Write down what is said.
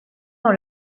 dans